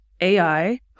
AI